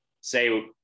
say